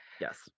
Yes